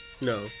No